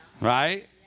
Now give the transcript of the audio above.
right